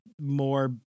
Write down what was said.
more